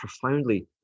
profoundly